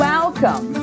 Welcome